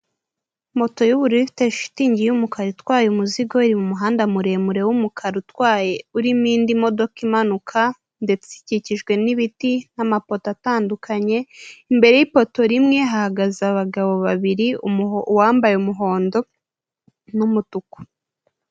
Moto yubururu ifite shitingi yumukara itwaye umuzigo iri mumuhanda muremure wumukara utwaye urimo indi modoka imanuka , ndetse ikikijwe n'ibiti nk'amapoto atandukanye imbere yipoto rimwe hahagaze abagabo babiri uwambaye umuhondo n'umutuku .